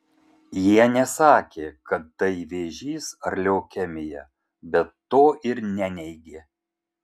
jie nesakė kad tai vėžys ar leukemija bet to ir neneigė